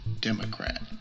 Democrat